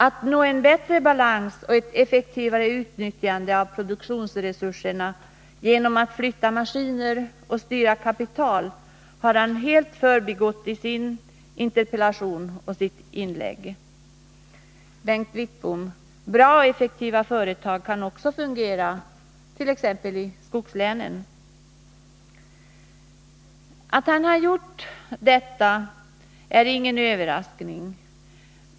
Att man kan nå en bättre balans och effektivare utnyttjande av produktionsresurserna genom att flytta maskiner och styra kapital har han helt förbigått i sin interpellation och i sitt inlägg här. Bra och effektiva företag kan fungera också i t.ex. skogslänen, Bengt Wittbom! Att moderaterna har denna uppfattning är ingen överraskning.